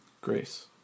Grace